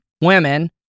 women